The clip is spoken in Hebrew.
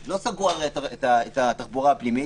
הרי לא סגרו את התחבורה הפנימית,